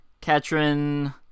Katrin